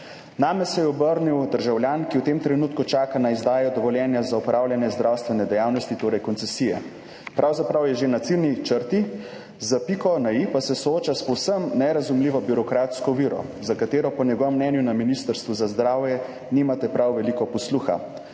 Name se je obrnil državljan, ki v tem trenutku čaka na izdajo dovoljenja za opravljanje zdravstvene dejavnosti, torej koncesije. Pravzaprav je že na ciljni črti, za piko na i pa se sooča s povsem nerazumljivo birokratsko oviro, za katero po njegovem mnenju na Ministrstvu za zdravje nimate prav veliko posluha.